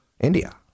India